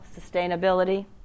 sustainability